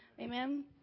Amen